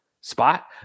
spot